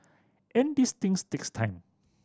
and these things takes time